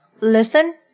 listen